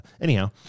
anyhow